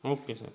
okay sir